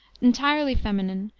entirely feminine,